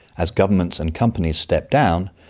as governments and companies step down,